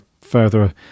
further